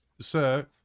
sir